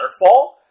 waterfall